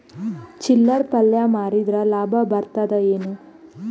ಚಿಲ್ಲರ್ ಪಲ್ಯ ಮಾರಿದ್ರ ಲಾಭ ಬರತದ ಏನು?